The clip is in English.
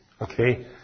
Okay